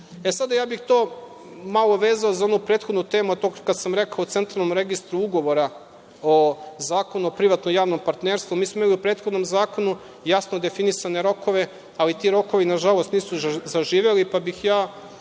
sad, ja bih to malo vezao za onu prethodnu temu, kad sam rekao o centralnom registru ugovora, o Zakonu o privatnom javnom partnerstvu. Mi smo imali u prethodnom zakonu jasno definisane rokove, ali ti rokovi, nažalost, nisu zaživeli, pa bih ja